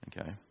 Okay